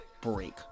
break